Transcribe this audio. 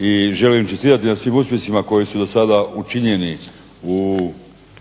i želim im čestitati na svim uspjesima koji su dosada učinjeni u naporima